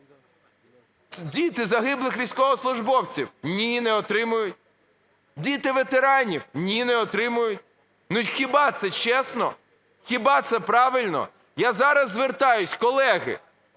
Діти загиблих військовослужбовців. Ні, не отримують. Діти ветеранів. Ні, не отримують. Ну хіба це чесно? Хіба це правильно? Я зараз звертаюся, колеги,